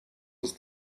ist